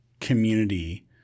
community